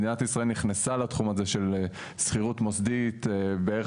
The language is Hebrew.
מדינת ישראל נכנסה לתחום הזה של שכירות מוסדית בערך